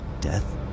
death